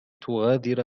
تغادر